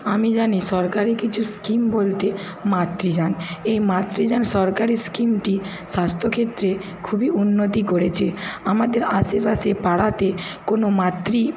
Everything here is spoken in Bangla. আমি জানি সরকারি কিছু স্কিম বলতে মাতৃযান এই মাতৃযান এই সরকারি স্কিমটি স্বাস্থ্য ক্ষেত্রে খুবই উন্নতি করেছে আমাদের আশেপাশে পাড়াতে কোনো মাতৃ